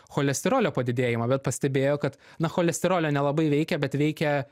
cholesterolio padidėjimą bet pastebėjo kad na cholesterolio nelabai veikia bet veikia